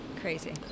crazy